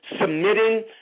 submitting